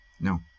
no